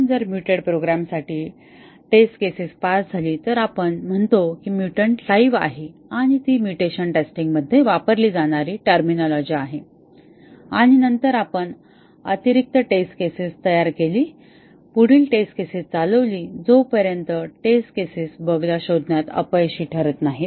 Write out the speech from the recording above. म्हणून जर म्युटेड प्रोग्रामसाठी टेस्ट केसेस पास झाली तर आपण म्हणतो की म्युटंट लाईव्ह आहे आणि ती म्युटेशन टेस्टिंग मध्ये वापरली जाणारी टर्मिनॉलॉजी आहे आणि नंतर आपण अतिरिक्त टेस्ट केसेस तयार केली पुढील टेस्ट केसेस चालवली जोपर्यंत टेस्ट केसेस बगला शोधण्यात अपयशी ठरत नाही